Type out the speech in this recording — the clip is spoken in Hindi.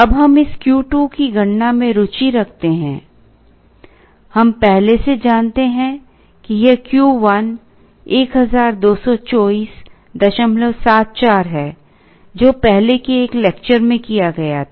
अब हम इस Q2 की गणना में रुचि रखते हैं हम पहले से ही जानते हैं कि यह Q1 122474 है जो पहले के एक लेक्चर में किया गया था